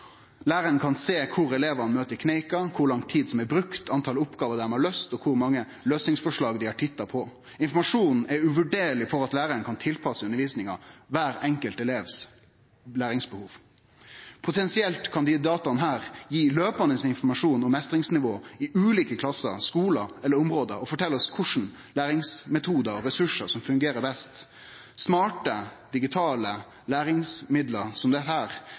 lang tid dei har brukt, kor mange oppgåver dei har løyst, og kor mange løysingsforslag dei har titta på. Informasjonen er uvurderleg for at læraren kan tilpasse undervisninga læringsbehovet til kvar enkelt elev. Potensielt kan desse dataa gi løpande informasjon om meistringsnivå i ulike klassar, skular eller område og fortelje oss kva for læringsmetodar og ressursar som fungerer best. Slike smarte digitale læringsmiddel